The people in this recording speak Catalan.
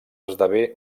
esdevé